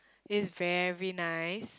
it is very nice